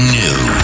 new